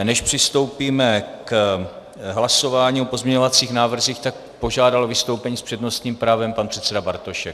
Než přistoupíme k hlasování o pozměňovacích návrzích, tak požádal o vystoupení s přednostním právem pan předseda Bartošek.